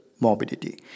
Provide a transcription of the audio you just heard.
morbidity